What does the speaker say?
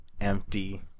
empty